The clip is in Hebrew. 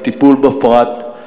הטיפול בפרט,